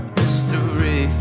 history